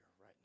right